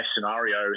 scenario